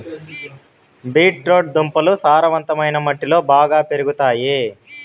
beet root దుంపలు సారవంతమైన మట్టిలో బాగా పెరుగుతాయి